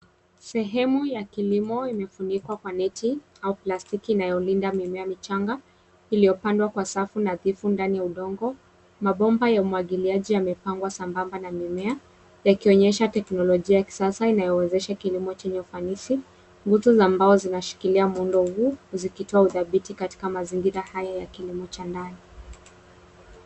Sehemu ya kilimo imefunikwa kwa neti au plastiki inayolinda mimea michanga iliyopandwa kwa safu nadhifu ndani udongo. Mabomba ya umwagiliaji yamepangwa sambamba na mimea, yakionyesha teknolojia ya kisasa inayowezesha kilimo chenye ufanisi. Nguzo za mbao zinashikilia muundo huu, zikitoa udhabiti katika mazingira haya ya kilimo cha ndani.